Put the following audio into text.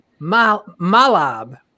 malab